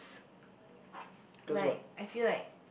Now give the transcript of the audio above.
like I feel like